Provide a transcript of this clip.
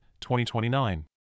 2029